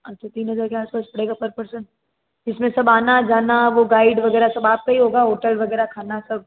अच्छा तीन हज़ार के आस पास पड़ेगा पर पर्सन इसमें सब आना जाना वो गाइड वगैरह सब आपका ही होगा होटल वगैरह खाना सब